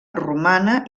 romana